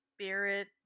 spirit